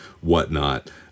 Whatnot